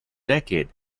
decade